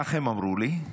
כך הם אמרו לי,